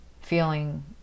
feeling